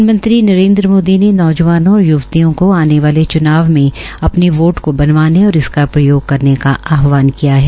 प्रधानमंत्री नरेन्द्र मोदी ने नौजवानो और य्वतियों को आने वाले च्नाव में अपने वोट को बनवाने और इसका प्रयोग करने का आहवान किया है